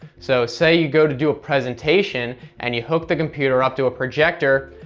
so say you go to do a presentation, and you hook the computer up to a projector,